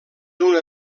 una